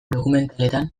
dokumentaletan